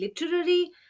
literary